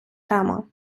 тема